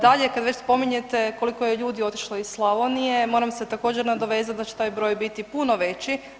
Dalje, kada već spominjete koliko je ljudi otišlo iz Slavonije moram se također nadovezat da će taj broj biti puno veći.